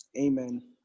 Amen